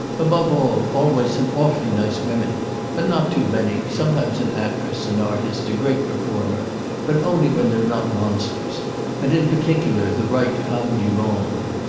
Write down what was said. above all always some awfully nice women and not too many sometimes an actress, an artist, a great performer but only when they're not monsters and in particular the right femmes du monde.